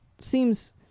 seems